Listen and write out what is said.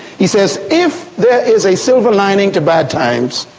he says if there is a silver lining to bad times,